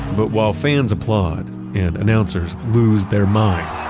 but while fans applaud and announcers lose their minds,